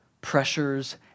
pressures